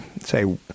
say